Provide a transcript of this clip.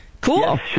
cool